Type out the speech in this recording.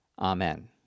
Amen